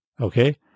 Okay